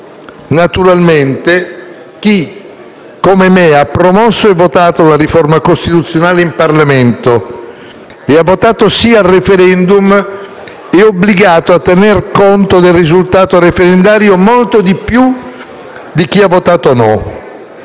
Naturalmente, chi, come me, ha promosso e votato la riforma costituzionale in Parlamento e ha votato sì al*referendum*, è obbligato a tenere conto del risultato referendario molto più di chi ha votato no.